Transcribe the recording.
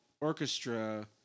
orchestra